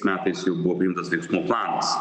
metais jau buvo priimtas veiksmų planas